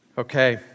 Okay